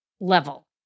level